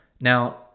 Now